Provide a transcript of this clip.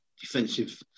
defensive